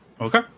Okay